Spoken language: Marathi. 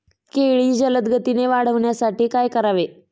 केळी जलदगतीने वाढण्यासाठी काय करावे?